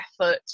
effort